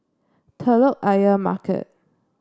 Telok Ayer Market